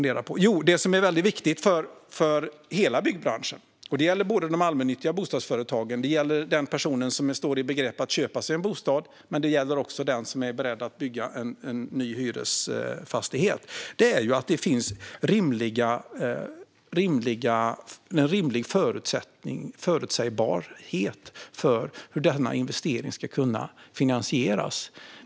Det som är viktigt för hela byggbranschen - det gäller både de allmännyttiga bostadsföretagen, den person som står i begrepp att köpa en bostad och den som är beredd att bygga en ny hyresfastighet - är att det finns en rimlig förutsägbarhet för hur denna investering ska kunna finansieras.